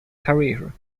career